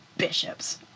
bishops